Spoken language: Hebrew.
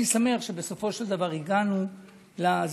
אני שמח שבסופו של דבר הגענו לזה.